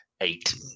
eight